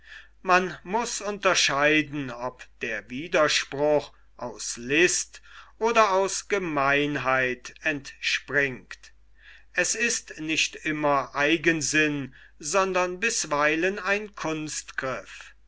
man muß unterscheiden ob der widerspruch aus list oder aus gemeinheit entspringt es ist nicht immer eigensinn sondern bisweilen ein